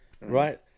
right